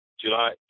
July